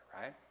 right